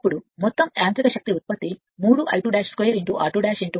ఇప్పుడు మొత్తం యాంత్రిక శక్తి ఉత్పత్తి 3 I2 2 r2 1 S అవుతుంది